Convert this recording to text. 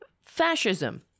fascism